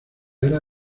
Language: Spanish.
era